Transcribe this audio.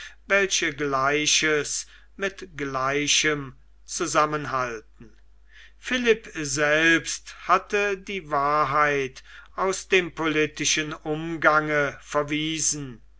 welche gleiches mit gleichem zusammenhalten philipp selbst hatte die wahrheit aus dem politischen umgange verwiesen